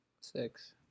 Six